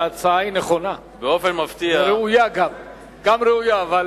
שההצעה נכונה וגם ראויה אבל